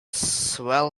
swell